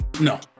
no